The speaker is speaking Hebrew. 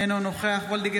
אינו נוכח אלי דלל,